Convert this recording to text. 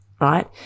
right